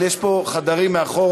אבל יש פה חדרים מאחורה.